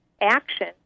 action